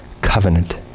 covenant